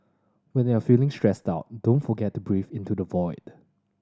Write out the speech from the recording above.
when you are feeling stressed out don't forget to breathe into the void